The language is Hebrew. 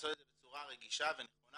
לעשות את זה בצורה רגישה ונכונה